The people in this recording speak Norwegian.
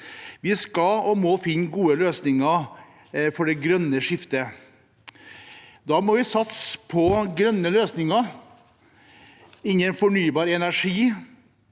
Vi skal og må finne gode løsninger for det grønne skiftet. Da må vi satse på grønne løsninger innen fornybar energi,